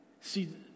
See